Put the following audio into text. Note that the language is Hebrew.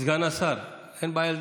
סגן השר, אין בעיה,